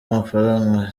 amafaranga